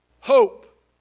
hope